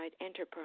enterprise